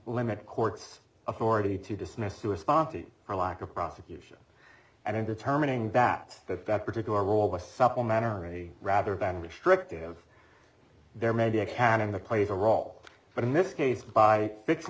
limit court's authority to dismiss sewer sponte for lack of prosecution and in determining that that that particular role was supplementary rather than restrictive there may be a can in the plays a role but in this case by fixing